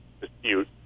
dispute